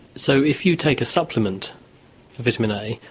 so if you take a supplement of vitamin a,